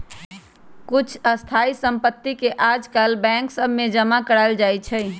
कुछ स्थाइ सम्पति के याजकाल बैंक सभ में जमा करायल जाइ छइ